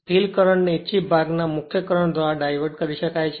field current ને ઇચ્છિત ભાગના મુખ્ય કરંટ દ્વારા ડાઇવર્ટ કરી શકાય છે